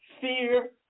fear